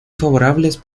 favorables